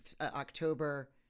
October